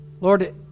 Lord